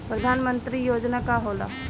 परधान मंतरी योजना का होला?